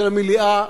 של המליאה,